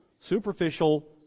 Superficial